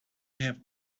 have